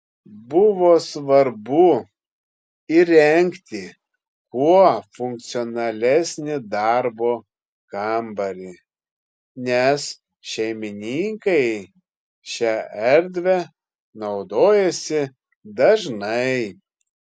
buvo svarbu įrengti kuo funkcionalesnį darbo kambarį nes šeimininkai šia erdve naudojasi dažnai